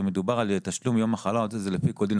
מדובר על תשלום יום מחלה על פי כל דין,